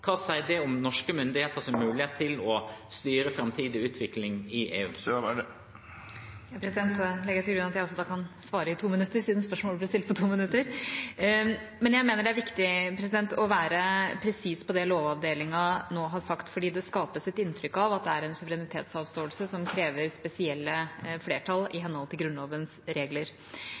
Hva sier det om norske myndigheters mulighet til å styre framtidig utvikling i EU? Jeg legger til grunn at jeg også kan svare i 2 minutter, siden spørsmålet ble stilt på 2 minutter! Jeg mener det er viktig å være presis om det Lovavdelingen nå har sagt, for det skapes et inntrykk av at dette er en suverenitetsavståelse som krever et spesielt flertall i henhold til Grunnlovens regler.